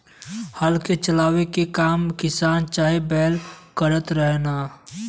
हल के चलावे के काम किसान चाहे बैल करत रहलन